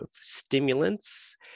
stimulants